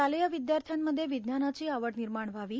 शालेय विद्यार्थ्यांमध्ये विज्ञानाची आवड निर्माण व्हावी